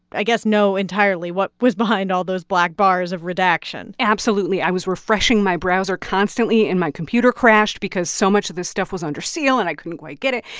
i guess, know entirely what was behind all those black bars of redaction absolutely. i was refreshing my browser constantly, and my computer crashed because so much of this stuff was under seal and i couldn't quite get it.